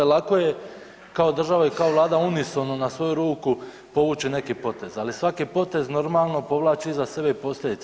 Lako je kao država i kao vlada unisono na svoju ruku povući neki potez, ali svaki potez normalno povlači iza sebe i posljedice.